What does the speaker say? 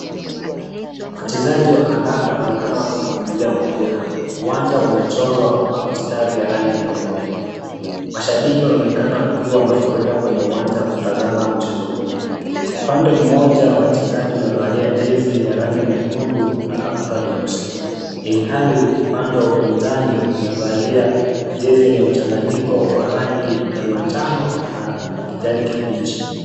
Wachezaji wa kandanda wanaonekana wakikimbilia mpira. Uwanja umechorwa kwa mistari ya rangi nyeupe. Mashabiki wanaonekana wakiwa wamefurika kwenye uwanja kutazama mchezo huu. Upande mmoja, wachezaji wamevalia jezi la rangi nyekundu na kaptura nyeusi. Ilhali upande wa upinzani umevalia jezi yenye mchanganyiko wa rangi ya manjano na kijani kibichi.